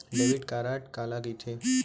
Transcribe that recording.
Debit card काला कहिथे?